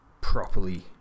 properly